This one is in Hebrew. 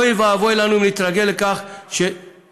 אוי ואבוי לנו אם נתרגל לכך שעובד,